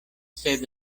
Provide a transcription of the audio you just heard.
sed